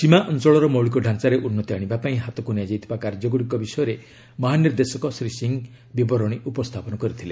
ସୀମା ଅଞ୍ଚଳର ମୌଳିକ ଢାଞ୍ଚାରେ ଉନ୍ନତି ଆଣିବା ପାଇଁ ହାତକୁ ନିଆଯାଇଥିବା କାର୍ଯ୍ୟଗୁଡ଼ିକ ବିଷୟରେ ମହାନିର୍ଦ୍ଦେଶକ ଶ୍ରୀ ସିଂହ ବିବରଣୀ ଉପସ୍ଥାପନ କରିଥିଲେ